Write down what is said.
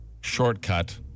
shortcut